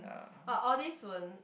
but all these won't